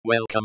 Welcome